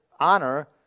Honor